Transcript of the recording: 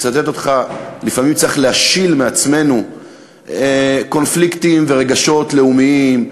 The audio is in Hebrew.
אני מצטט אותך: לפעמים צריך להשיל מעצמנו קונפליקטים ורגשות לאומיים,